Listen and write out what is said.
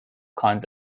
kinds